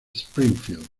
springfield